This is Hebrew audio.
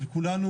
וכולנו,